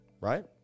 Right